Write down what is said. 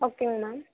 ஓகேங்க மேம்